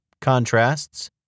Contrasts